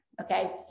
Okay